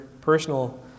personal